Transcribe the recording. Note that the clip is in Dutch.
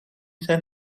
zijn